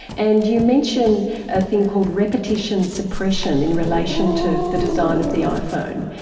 and you mention a thing called repetition suppression in relation to the design of the iphone.